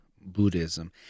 buddhism